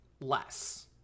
less